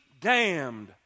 damned